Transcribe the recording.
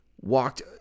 walked